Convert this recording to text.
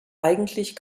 eigentlich